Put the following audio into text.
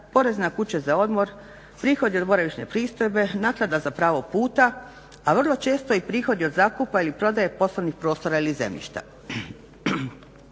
porez na kuće za odmor, prihodi od boravišne pristojbe, naknada za pravo puta, a vrlo često i prihodi od zakupa ili prodaje poslovnih prostora ili zemljišta.